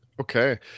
Okay